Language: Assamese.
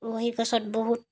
উৰহী গছত বহুত